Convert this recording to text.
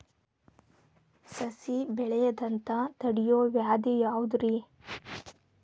ಸಸಿ ಬೆಳೆಯದಂತ ತಡಿಯೋ ವ್ಯಾಧಿ ಯಾವುದು ರಿ?